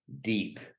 deep